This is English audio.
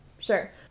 sure